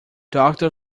doctor